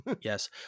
yes